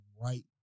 right